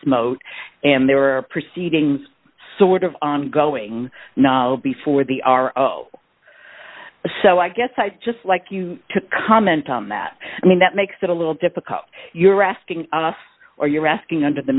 moat and there are proceedings sort of ongoing now before the so i guess i'd just like you to comment on that i mean that makes it a little difficult you're asking us or you're asking under the